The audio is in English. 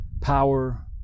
power